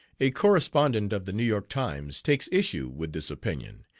a correspondent of the new york times takes issue with this opinion.